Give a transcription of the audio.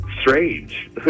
strange